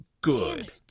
good